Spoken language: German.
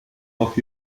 auch